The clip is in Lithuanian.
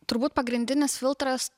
turbūt pagrindinis filtras